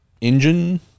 engine